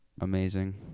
amazing